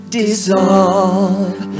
dissolve